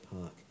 Park